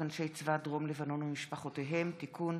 אנשי צבא דרום לבנון ומשפחותיהם (תיקון),